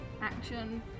action